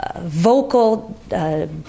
vocal